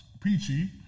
Peachy